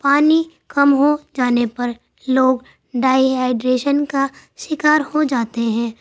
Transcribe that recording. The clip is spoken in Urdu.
پانی کم ہوجانے پر لوگ ڈائی ہائیڈریشن کا شکار ہو جاتے ہیں